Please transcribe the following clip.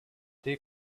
they